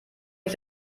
ich